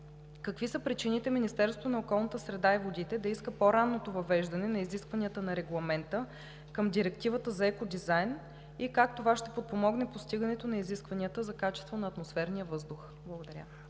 какви са причините Министерството на околната среда и водите да иска по-ранното въвеждане на изискванията на Регламента към Директивата за екодизайн и как това ще подпомогне постигането на изискванията за качество на атмосферния въздух? Благодаря.